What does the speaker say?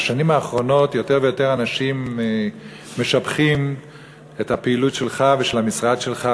בשנים האחרונות יותר ויותר אנשים משבחים את הפעילות שלך ושל המשרד שלך.